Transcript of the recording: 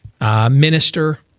minister